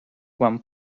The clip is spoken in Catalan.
quan